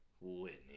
Whitney